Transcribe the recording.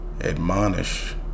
admonish